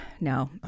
No